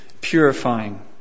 purifying